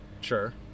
Sure